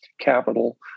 capital